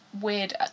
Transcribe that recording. weird